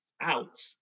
out